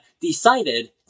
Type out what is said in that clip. decided